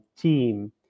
team